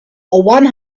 one